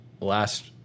last